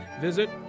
visit